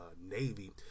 navy